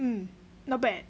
mm not bad eh